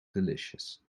delicious